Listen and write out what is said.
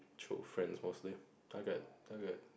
choose friends mostly target target